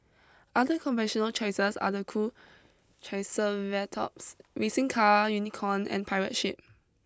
other conventional choices are the cool triceratops racing car unicorn and pirate ship